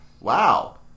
Wow